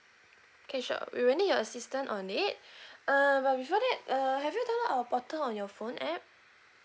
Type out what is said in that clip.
okay sure we will need your assistant on it err but before that uh have you download our portal on your phone app